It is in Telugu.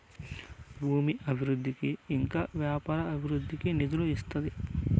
భూమి అభివృద్ధికి ఇంకా వ్యాపార అభివృద్ధికి నిధులు ఇస్తాది